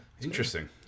interesting